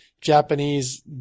Japanese